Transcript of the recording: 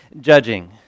judging